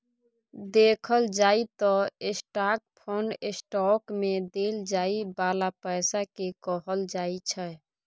देखल जाइ त स्टाक फंड स्टॉक मे देल जाइ बाला पैसा केँ कहल जाइ छै